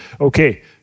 Okay